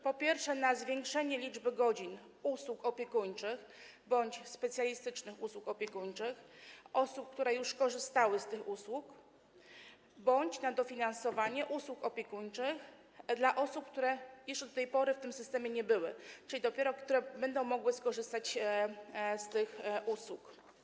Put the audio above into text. Po pierwsze, na zwiększenie liczby godzin usług opiekuńczych bądź specjalistycznych usług opiekuńczych dla osób, które już korzystały z tych usług, bądź na dofinansowanie usług opiekuńczych dla osób, które jeszcze do tej pory w tym systemie nie były, czyli osób, które dopiero będą mogły skorzystać z tych usług.